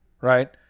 right